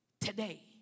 today